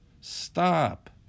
stop